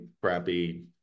crappy